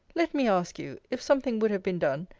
let me ask you, if something would have been done,